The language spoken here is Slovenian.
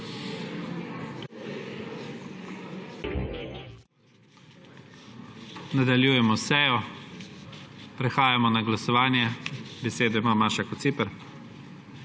nadaljujemo sejo. Prehajamo na glasovanje. Besedo ima Maša Kociper.